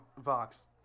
Vox